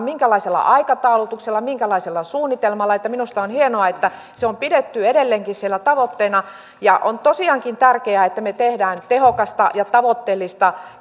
minkälaisella aikataulutuksella minkälaisella suunnitelmalla minusta on hienoa että se on pidetty edelleenkin siellä tavoitteena on tosiaankin tärkeää että me teemme tehokasta ja tavoitteellista